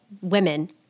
women